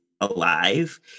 Alive